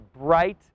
bright